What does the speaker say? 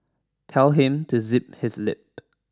tell him to zip his lip